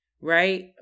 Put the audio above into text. right